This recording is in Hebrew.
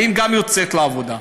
גם היא יוצאת לעבודה,